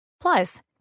Plus